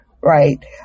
right